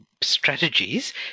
strategies